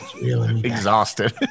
Exhausted